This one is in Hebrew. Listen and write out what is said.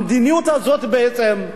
המדיניות הזאת בעצם,